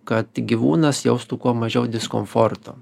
kad gyvūnas jaustų kuo mažiau diskomforto